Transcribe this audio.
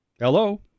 Hello